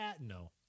no